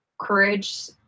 courage